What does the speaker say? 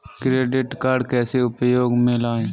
Credit card कैसे उपयोग में लाएँ?